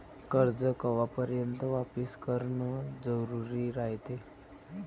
कर्ज कवापर्यंत वापिस करन जरुरी रायते?